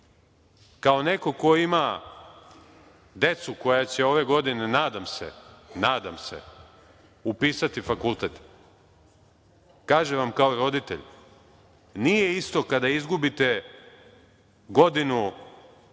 Kao neko ko ima decu koja će ove godine, nadam se upisati fakultet, kažem vam kao roditelj, nije isto kada izgubite godinu